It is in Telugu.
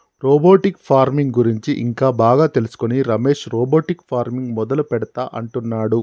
రోబోటిక్ ఫార్మింగ్ గురించి ఇంకా బాగా తెలుసుకొని రమేష్ రోబోటిక్ ఫార్మింగ్ మొదలు పెడుతా అంటున్నాడు